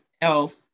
elf